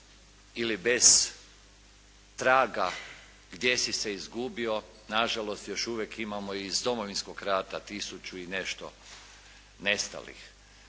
ili bez traga gdje si se izgubio, nažalost još uvijek imamo iz Domovinskog rata tisuću i nešto nestalih.